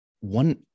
one